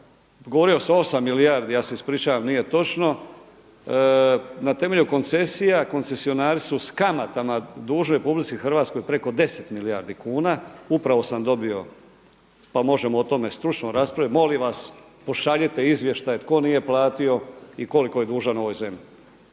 govori se o 8 milijardi, ja se ispričavam nije točno. Na temelju koncesija koncesionari su s kamatama dužni RH preko 10 milijardi kuna. Upravo sam dobio, pa možemo o tome stručno raspravljati. Molim vas pošaljite izvještaj tko nije platio i koliko je dužan ovoj zemlji.